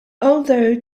although